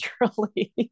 naturally